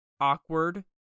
awkward